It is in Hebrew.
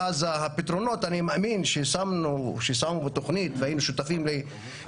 חלק גדול מהפתרונות הם אלה ששמנו בתוכנית חיים משותפים.